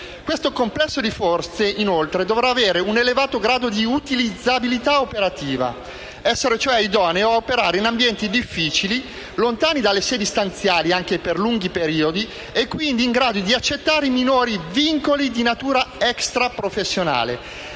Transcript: Questo complesso di forze, inoltre, dovrà avere un elevato grado di "utilizzabilità operativa", essere cioè idoneo a operare in ambienti difficili, lontani dalle sedi stanziali anche per lunghi periodi e quindi in grado di accettare minori vincoli di natura extra-professionale,